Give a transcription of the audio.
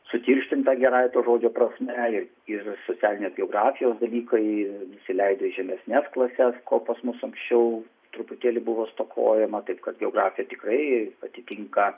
sutirštinta gerąja to žodžio prasme ir socialinės geografijos dalykai nusileidžia į žemesnes klases ko pas mus anksčiau truputėlį buvo stokojama taip kad geografija tikrai atitinka